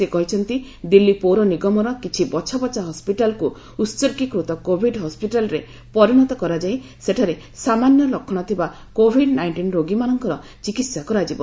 ସେ କହିଛନ୍ତି ଦିଲ୍ଲୀ ପୌରନିଗମର କିଛି ବଛାବଛା ହସ୍ପିଟାଲକୁ ଉସର୍ଗୀକୃତ କୋଭିଡ୍ ହସପିଟାଲରେ ପରିଣତ କରାଯାଇ ସେଠାରେ ସାମାନ୍ୟ ଲକ୍ଷଣଥିବା କୋଭିଡ୍ ନାଇଷ୍ଟିନ୍ ରୋଗୀମାନଙ୍କର ଚିକିତ୍ସା କରାଯିବ